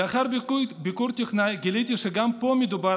לאחר ביקור טכנאי גיליתי שגם פה מדובר